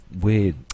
weird